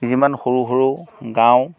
যিমান সৰু সৰু গাঁও